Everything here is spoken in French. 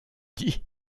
dis